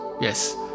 Yes